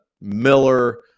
Miller